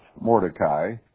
Mordecai